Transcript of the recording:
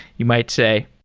you might say.